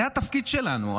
זה התפקיד שלנו.